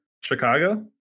Chicago